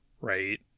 right